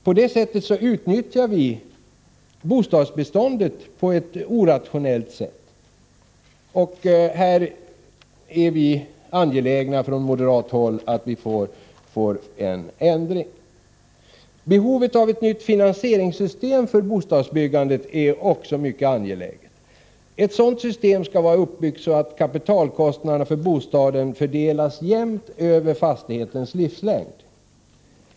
På detta sätt utnyttjar vi bostadsbeståndet på ett orationellt sätt. Härvidlag är vi moderater angelägna om att få till stånd en ändring. Behovet av ett nytt finansieringssystem för bostadsbyggandet är också stort. Ett sådant system skall vara uppbyggt så att kapitalkostnaderna för bostaden fördelas jämnt över en fastighets livslängd.